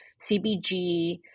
CBG